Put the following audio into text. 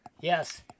Yes